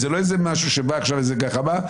זה לא איזה משהו שבאה עכשיו איזו גחמה,